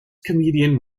comedian